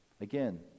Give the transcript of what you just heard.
Again